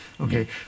Okay